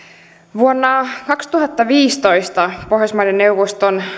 vuonna kaksituhattaviisitoista pohjoismaiden neuvoston